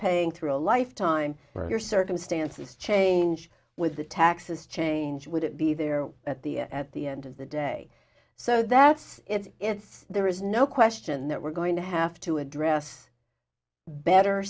paying through a lifetime your circumstances change with the taxes change wouldn't be there at the at the end of the day so that's it's it's there is no question that we're going to have to address better